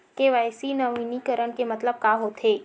KYC नवीनीकरण के मतलब का होथे?